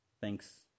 thanks